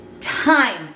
time